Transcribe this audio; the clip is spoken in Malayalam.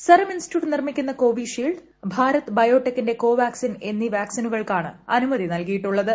സെറം ഇൻസ്റ്റിറ്റ്യൂട്ട് നിർമിക്കുന്ന കോവിഷീൽഡ് ഭാരത് ബയോടെക്കിന്റെ കോവാക് സിൻ എന്നീ വാക്സിനുകൾക്കാണ് അനുമതി നൽകിയിട്ടുള്ളത്